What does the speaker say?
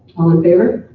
all in favor? aye.